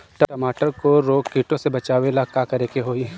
टमाटर को रोग कीटो से बचावेला का करेके होई?